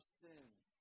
sins